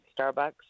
starbucks